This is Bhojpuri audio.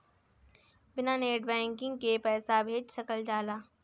बिना नेट बैंकिंग के पईसा भेज सकल जाला?